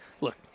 look